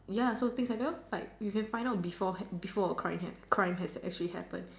ya so things like that lor like you can find out beforehand before a crime has crime has actually happen